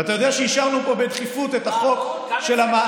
ואתה יודע שאישרנו פה בדחיפות את החוק של,